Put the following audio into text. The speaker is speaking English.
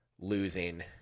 losing